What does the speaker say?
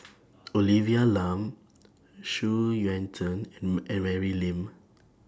Olivia Lum Xu Yuan Zhen and very Lim